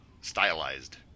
Stylized